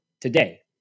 today